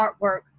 artwork